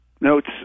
notes